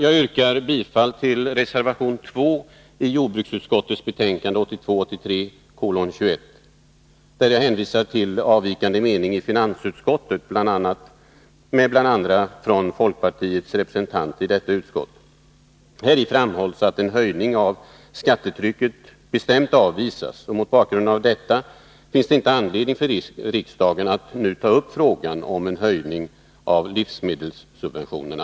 Jag yrkar bifall till reservation 2 i jordbruksutskottets betänkande 1982/83:21, där jag hänvisar till avvikande mening i finansutskottet, bl.a. från folkpartiets representant i detta utskott. Häri framhålls att en höjning av skattetrycket bestämt avvisas. Mot bakgrund av detta finns det inte anledning för riksdagen att nu ta upp frågan om en höjning av livsmedelssubventionerna.